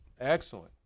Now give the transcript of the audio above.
Excellent